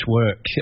work